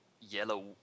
yellow